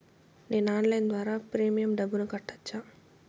నేను ఆన్లైన్ ద్వారా ప్రీమియం డబ్బును కట్టొచ్చా?